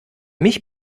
mich